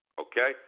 Okay